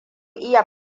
iya